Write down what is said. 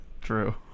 true